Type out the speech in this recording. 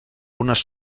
unes